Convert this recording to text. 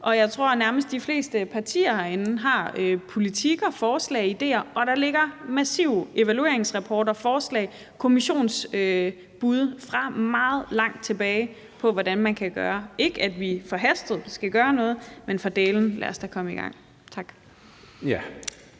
Og jeg tror nærmest, at de fleste partier herinde har politik, forslag og idéer, og der ligger massive evalueringsrapporter, forslag og kommissionsbud fra meget langt tilbage, i forhold til hvad man kan gøre. Vi skal ikke gøre noget forhastet, men lad os for dælen da komme i gang. Tak.